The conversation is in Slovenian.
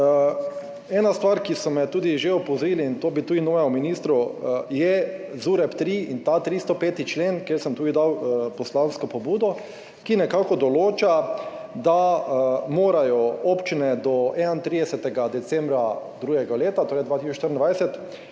ena stvar, ki so me tudi že opozorili in to bi tudi novemu ministru je ZUreP-3 in ta 305. člen, kjer sem tudi dal poslansko pobudo, ki nekako določa, da morajo občine do 31. decembra drugega leta, torej 2024,